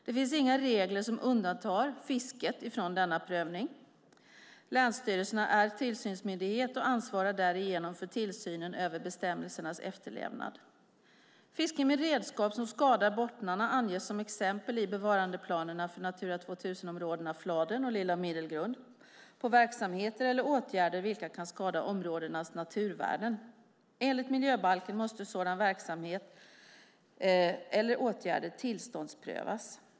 Det finns inga regler som undantar fisket från denna prövning. Länsstyrelserna är tillsynsmyndighet och ansvarar därigenom för tillsynen över bestämmelsernas efterlevnad. Fiske med redskap som skadar bottnarna anges som exempel i bevarandeplanerna för Natura 2000-områdena Fladen och Lilla Middelgrund på verksamheter eller åtgärder vilka kan skada områdenas naturvärden. Enligt miljöbalken måste sådana verksamheter eller åtgärder tillståndsprövas.